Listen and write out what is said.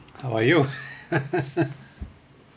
how are you